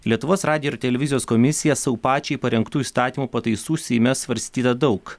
lietuvos radijo ir televizijos komisija sau pačiai parengtų įstatymo pataisų seime svarstyta daug